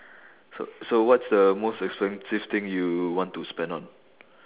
so so what's the most expensive thing you want to spend on